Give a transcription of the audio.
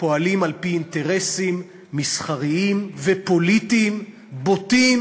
פועלים על-פי אינטרסים מסחריים ופוליטיים בוטים,